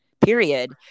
period